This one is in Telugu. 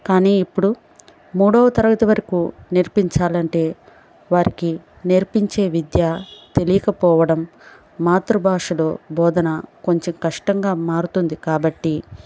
కానీ ఇప్పుడు మూడో తరగతి వరకు నేర్పించాలంటే వారికి నేర్పించే విద్య తెలియకపోవడం మాతృభాషలో బోధనా కొంచెం కష్టంగా మారుతుంది కాబట్టి